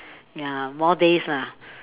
ya more days lah